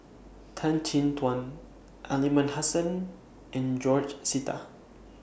Tan Chin Tuan Aliman Hassan and George Sita